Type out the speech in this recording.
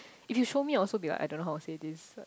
if you show me I'll also be like I don't know how say this